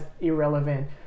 irrelevant